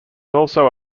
also